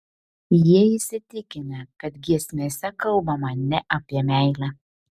jie įsitikinę kad giesmėse kalbama ne apie meilę